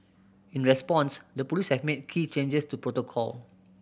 in response the police have made key changes to protocol